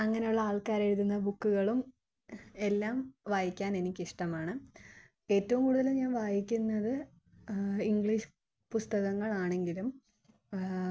അങ്ങനെയുള്ള ആൾക്കാരെഴുതുന്ന ബുക്കുകളും എല്ലാം വായിക്കാൻ എനിക്കിഷ്ടമാണ് ഏറ്റവും കൂടുതല് ഞാന് വായിക്കുന്നത് ഇംഗ്ലീഷ് പുസ്തകങ്ങൾ ആണെങ്കിലും